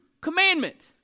commandment